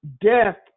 death